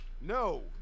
No